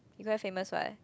he quite famous what